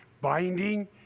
binding